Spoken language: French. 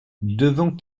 devant